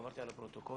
עברתי על הפרוטוקול,